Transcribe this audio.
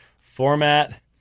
Format